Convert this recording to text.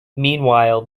meanwhile